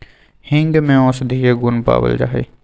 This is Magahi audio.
हींग में औषधीय गुण पावल जाहई